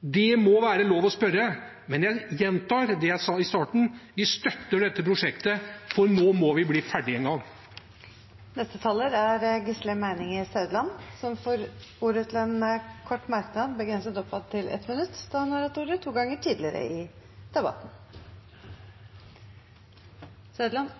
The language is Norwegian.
Det må det være lov å spørre om. Men jeg gjentar det jeg sa i starten: Vi støtter dette prosjektet, for nå må vi en gang bli ferdig. Representanten Gisle Meininger Saudland har hatt ordet to ganger tidligere og får ordet til en kort merknad, begrenset til 1 minutt. Helt kort: Det har kommet fram en del interessante ting i debatten.